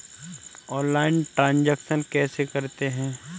Online transaction कैसे करते हैं?